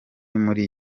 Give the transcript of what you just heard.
muri